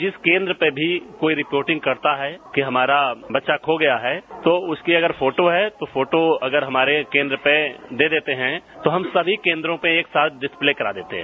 जिस केंद्र पर भी कोई रिपोर्टिंग करता है कि हमारे बच्चा खो गया है तो उसकी अगर फोटो है तो फोटो अगर हमारे केंद्र पर दे देते हैं तो हम सभी केंद्रों पर एक साथ डिसप्ले करा देते हैं